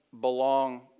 belong